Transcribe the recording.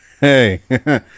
Hey